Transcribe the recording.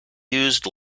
used